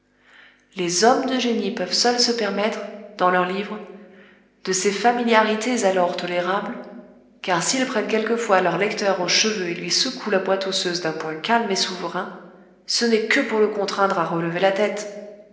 les hommes de génie peuvent seuls se permettre dans leurs livres de ces familiarités alors tolérables car s'ils prennent quelquefois leur lecteur aux cheveux et lui secouent la boîte osseuse d'un poing calme et souverain ce n'est que pour le contraindre à relever la tête